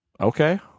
Okay